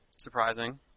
surprising